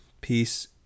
peace